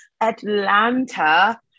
atlanta